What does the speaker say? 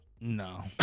No